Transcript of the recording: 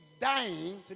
dying